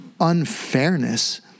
unfairness